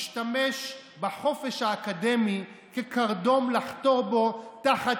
השתמש בחופש האקדמי כקרדום לחתור בו תחת